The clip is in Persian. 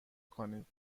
کنید